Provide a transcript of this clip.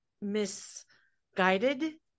misguided